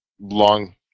long